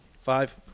Five